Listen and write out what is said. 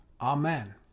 amen